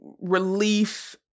relief